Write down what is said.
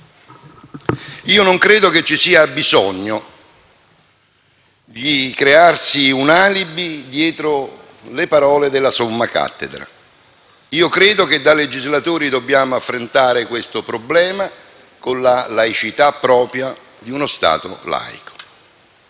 Non credo ci sia bisogno di crearsi un alibi dietro le parole della somma cattedra; credo invece che da legislatori dobbiamo affrontare questo problema con la laicità propria di uno Stato laico.